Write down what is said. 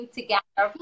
together